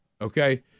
okay